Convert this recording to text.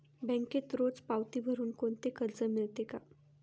बँकेत रोज पावती भरुन कोणते कर्ज मिळते का?